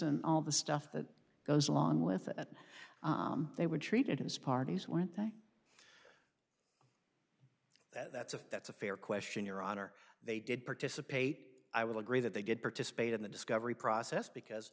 and all the stuff that goes along with it that they were treated his parties were that's a that's a fair question your honor they did participate i will agree that they did participate in the discovery process because